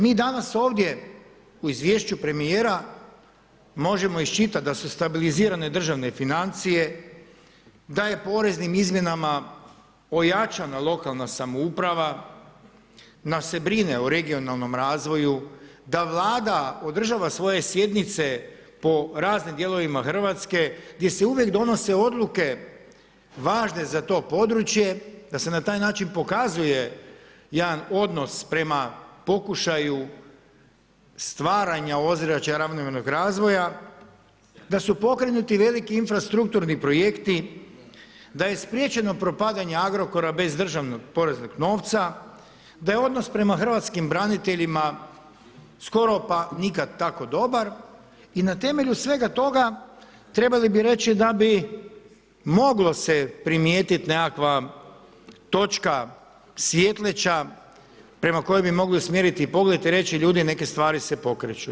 Mi danas ovdje u izvješću premijera možemo iščitat da su stabilizirane državne financije, da je poreznim izmjenama ojačana lokalna samouprava, da se brine o regionalnom razvoju, da vlada održava svoje sjednice po raznim dijelovima Hrvatske gdje se uvijek donose odluke važne za to područje, da se na taj način pokazuje jedan odnos prema pokušaju stvaranja ozračja ravnomjernog razvoja, da su pokrenuti veliki infrastrukturni projekti, da je spriječeno propadanje Agrokora bez državnog poreznog novca, da je odnos prema Hrvatskim braniteljima skoro pa nikad tako dobar i na temelju svega toga trebali bi reći da bi moglo se primijetit nekakva točka svjetleća prema kojoj bi mogli usmjeriti pogled i reći ljudi neke stvari se okreću.